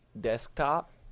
desktop